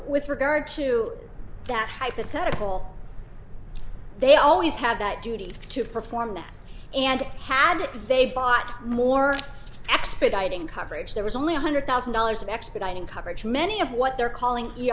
with regard to that hypothetical they always have that duty to perform and had they bought more expediting coverage there was only one hundred thousand dollars of expediting coverage many of what they're calling